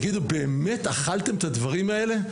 אז הם יגידו: באמת אכלתם את הדברים האלה?